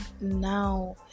now